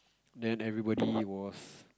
then everybody was